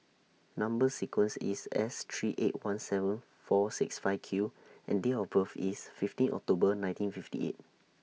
Number sequence IS S three eight one seven four six five Q and Date of birth IS fifteen October nineteen fifty eight